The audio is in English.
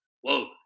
whoa